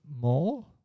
more